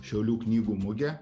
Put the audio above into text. šiaulių knygų mugę